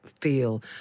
feel